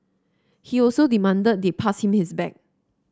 he also demanded they pass him his bag